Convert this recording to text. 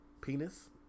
Penis